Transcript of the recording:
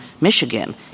Michigan